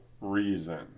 reason